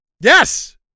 Yes